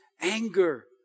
anger